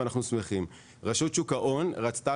ואנחנו שמחים; רשות שוק ההון רצתה,